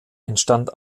entstand